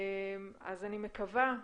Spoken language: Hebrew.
אני מקווה,